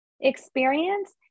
experience